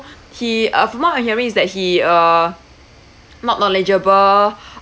he uh from what I'm hearing is that he uh not knowledgeable